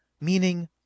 meaning